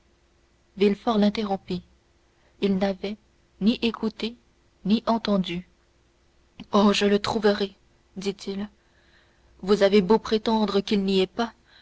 villefort l'interrompit il n'avait ni écouté ni entendu oh je le retrouverai dit-il vous avez beau prétendre qu'il n'y est pas